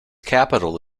capital